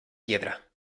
piedra